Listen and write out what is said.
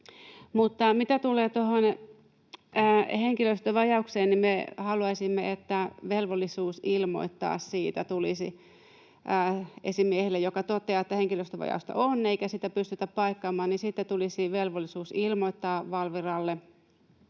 Mutta mitä tulee tuohon henkilöstövajaukseen, niin me haluaisimme, että tulisi velvollisuus ilmoittaa siitä esimiehelle, joka toteaa, että henkilöstövajausta on eikä sitä pystytä paikkaamaan, ja siitä tulisi velvollisuus ilmoittaa Valviralle.